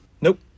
nope